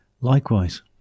Likewise